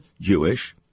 Jewish